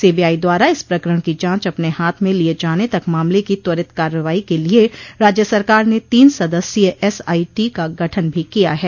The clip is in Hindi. सीबीआई द्वारा इस प्रकरण की जांच अपने हाथ में लिये जाने तक मामले की त्वरित कार्रवाई के लिये राज्य सरकार ने तीन सदस्योय एसआईटी का गठन भी किया है